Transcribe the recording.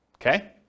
Okay